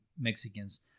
Mexicans